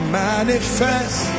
manifest